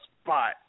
spot